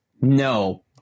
No